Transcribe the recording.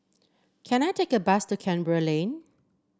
can I take a bus to Canberra Lane